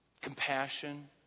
compassion